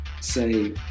say